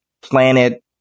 planet